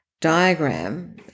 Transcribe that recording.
diagram